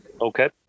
Okay